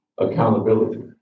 accountability